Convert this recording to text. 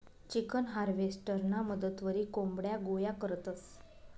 chicken हार्वेस्टरना मदतवरी कोंबड्या गोया करतंस